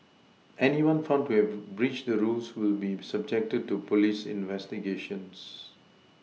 anyone found to have breached the rules will be subjected to police investigations